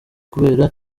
kubera